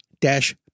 dash